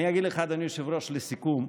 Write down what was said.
אני אגיד לך, אדוני היושב-ראש, לסיכום,